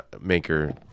maker